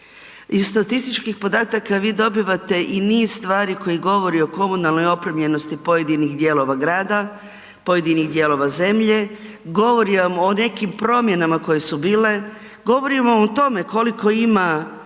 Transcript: iz statističkih podataka vi dobivate i niz stvari koje govori o komunalnoj opremljenosti pojedinih dijelova grada, pojedinih dijelova zemlje, govori vam o nekim promjenama koje su bile, govori vam o tome koliko ima